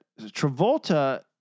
Travolta